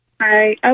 Hi